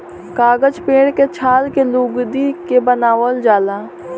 कागज पेड़ के छाल के लुगदी के बनावल जाला